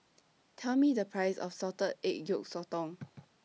Tell Me The Price of Salted Egg Yolk Sotong